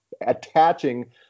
attaching